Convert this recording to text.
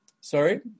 Sorry